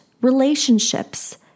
relationships